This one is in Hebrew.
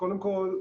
קודם כל,